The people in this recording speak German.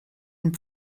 und